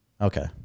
Okay